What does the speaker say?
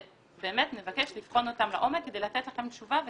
ובאמת נבקש לבחון אותן לעומק כדי לתת לכם תשובה ולסייע.